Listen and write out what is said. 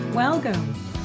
Welcome